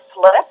Flip